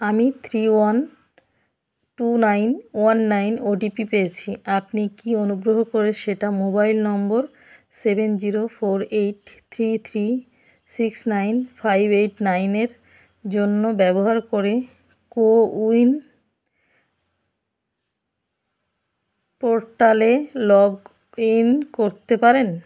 আমি three one two nine one nine OTP পেয়েছি আপনি কি অনুগ্রহ করে সেটা mobile number seven zero four eight three three six nine five eight nine এর জন্য ব্যবহার করে কোউইন পোর্টালে লগ ইন করতে পারেন